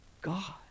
God